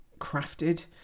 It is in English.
crafted